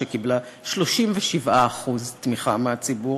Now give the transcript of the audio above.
שקיבלה 37% תמיכה מהציבור,